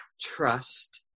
trust